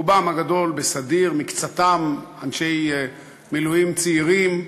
רובם הגדול בסדיר מקצתם אנשי מילואים צעירים,